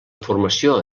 formació